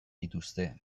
dituzte